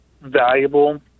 valuable